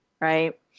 right